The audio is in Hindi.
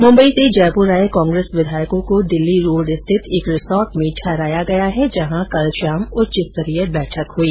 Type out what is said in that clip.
मुंबई से जयपुर आए कांग्रेस विधायकों को दिल्ली रोड स्थित एक रिसोर्ट में ठहराया गया है जहां कल शाम उच्च स्तरीय बैठक हुई